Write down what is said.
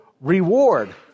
reward